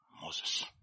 Moses